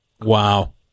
wow